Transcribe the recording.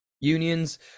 unions